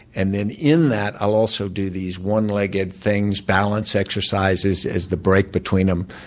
and then in that, i'll also do these one-legged things. balance exercises is the break between them.